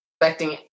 expecting